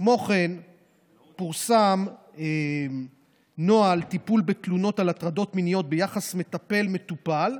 כמו כן פורסם נוהל טיפול בתלונות על הטרדות מיניות ביחס מטפל מטופל,